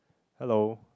hello